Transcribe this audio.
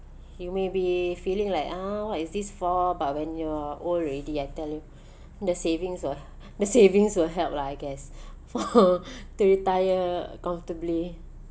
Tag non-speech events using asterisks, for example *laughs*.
you may be feeling like ah what is this for but when you're old already I tell you the savings will the savings will help lah I guess for *laughs* to retire comfortably